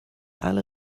alle